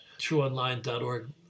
trueonline.org